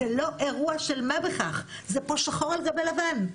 זה לא אירוע של מה בכך, זה פה שחור על גבי לבן.